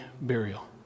burial